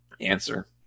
answer